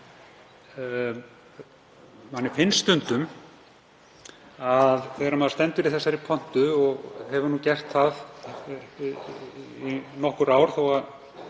Manni finnst stundum þegar maður stendur í þessari pontu — og ég hef ég nú gert það í nokkur ár þó að